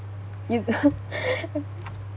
you